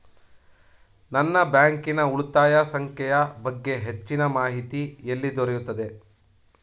ನನ್ನ ಬ್ಯಾಂಕಿನ ಉಳಿತಾಯ ಸಂಖ್ಯೆಯ ಬಗ್ಗೆ ಹೆಚ್ಚಿನ ಮಾಹಿತಿ ಎಲ್ಲಿ ದೊರೆಯುತ್ತದೆ?